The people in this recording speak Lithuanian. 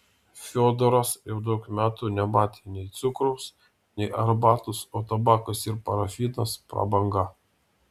fiodoras jau daug metų nematė nei cukraus nei arbatos o tabakas ir parafinas prabanga